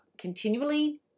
continually